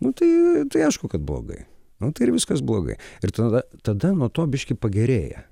nu tai tai aišku kad blogai nu tai ir viskas blogai ir tada tada nuo to biškį pagerėja